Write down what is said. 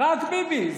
רק ביבי.